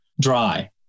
dry